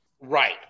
right